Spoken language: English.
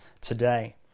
today